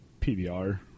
PBR